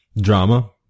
Drama